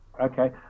Okay